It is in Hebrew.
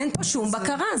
אין פה שום בקרה,